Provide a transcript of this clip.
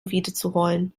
wiederzuholen